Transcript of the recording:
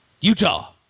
Utah